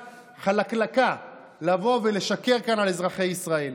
חלקלקה לבוא ולשקר כאן לאזרחי ישראל.